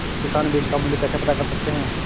किसान बीज का मूल्य कैसे पता कर सकते हैं?